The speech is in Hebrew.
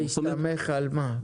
בהסתמך על מה?